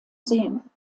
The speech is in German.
sehen